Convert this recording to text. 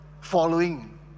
following